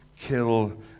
kill